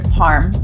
harm